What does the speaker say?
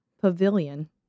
Pavilion